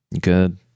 Good